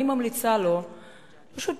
אני ממליצה לו פשוט